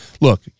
look